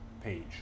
page